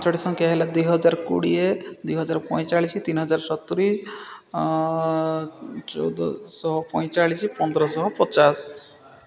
ପାଞ୍ଚଟି ସଂଖ୍ୟା ହେଲା ଦୁଇହଜାର କୋଡ଼ିଏ ଦୁଇହଜାର ପଇଁଚାଳିଶି ତିନିହଜାର ସତୁରି ଚଉଦଶହ ପଇଁଚାଳିଶ ପନ୍ଦରଶହ ପଚାଶ